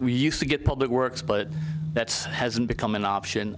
we used to get public works but that's hasn't become an option